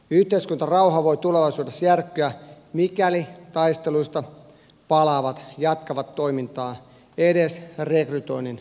yhteiskuntarauha voi tulevaisuudessa järkkyä mikäli taisteluista palaavat jatkavat toimintaa edes rekrytoinnin osalta